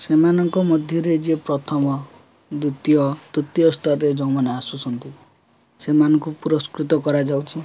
ସେମାନଙ୍କ ମଧ୍ୟରେ ଯିଏ ପ୍ରଥମ ଦ୍ୱିତୀୟ ତୃତୀୟ ସ୍ତରରେ ଯେଉଁମାନେ ଆସୁଛନ୍ତି ସେମାନଙ୍କୁ ପୁରସ୍କୃତ କରାଯାଉଛି